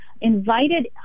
invited